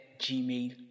Gmail